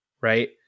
right